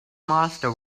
master